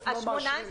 לא מאשרים לי.